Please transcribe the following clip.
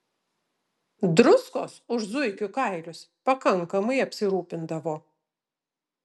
druskos už zuikių kailius pakankamai apsirūpindavo